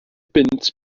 bunt